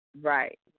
Right